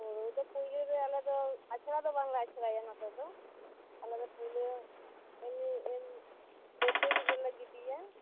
ᱦᱳᱲᱳ ᱫᱚ ᱯᱳᱭᱞᱳ ᱫᱚ ᱟᱞᱮ ᱫᱚ ᱟᱪᱷᱟᱲᱟ ᱫᱚ ᱵᱟᱝ ᱞᱮ ᱟᱪᱷᱟᱭᱟ ᱱᱚᱛᱮ ᱫᱚ ᱟᱞᱮ ᱫᱚ ᱯᱩᱭᱞᱳ ᱵᱟᱛᱟᱹᱲᱤ ᱨᱮᱞᱮ ᱜᱤᱰᱤᱭᱟ